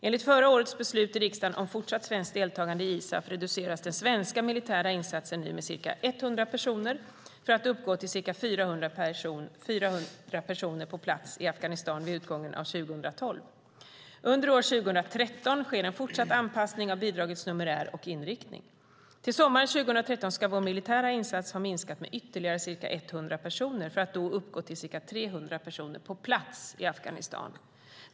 Enligt förra årets beslut i riksdagen om fortsatt svenskt deltagande i ISAF reduceras den svenska militära insatsen nu med ca 100 personer, för att uppgå till ca 400 personer på plats i Afghanistan vid utgången av 2012. Under år 2013 sker en fortsatt anpassning av bidragets numerär och inriktning. Till sommaren 2013 ska vår militära insats ha minskat med ytterligare ca 100 personer, för att då uppgå till ca 300 personer på plats i Afghanistan.